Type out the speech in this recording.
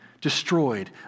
destroyed